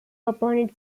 upon